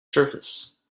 surface